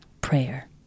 Prayer